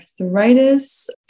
arthritis